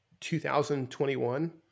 2021